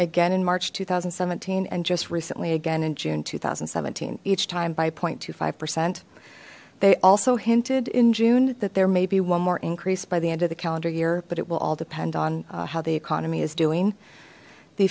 again in march two thousand and seventeen and just recently again in june two thousand and seventeen each time by zero twenty five percent they also hinted in june that there may be one more increase by the end of the calendar year but it will all depend on how the economy is doing the